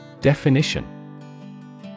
Definition